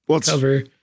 cover